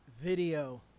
video